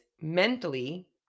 mentally